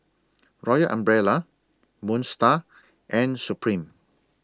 Royal Umbrella Moon STAR and Supreme